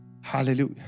hallelujah